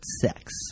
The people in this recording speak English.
sex